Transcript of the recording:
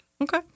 Okay